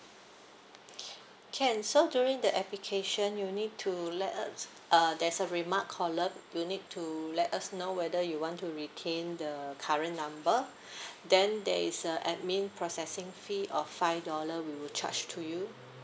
can so during the application you need to let us uh there's a remark column you need to let us know whether you want to retain the current number then there is a admin processing fee of five dollar we will charge to you